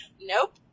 nope